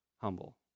humble